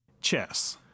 Chess